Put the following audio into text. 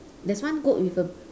there's one goat with a